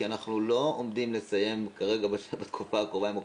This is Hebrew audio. כי אנחנו לא עומדים לסיים בתקופה הקרובה עם הקורונה,